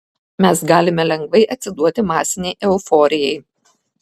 mes galime lengvai atsiduoti masinei euforijai